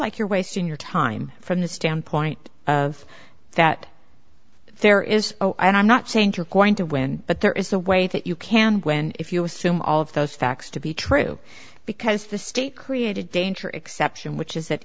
like you're wasting your time from the standpoint of that there is i'm not saying you're going to win but there is a way that you can win if you assume all of those facts to be true because the state created danger exception which is that